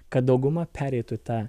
kad dauguma pereitų tą